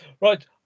Right